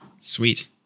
sweet